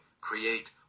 create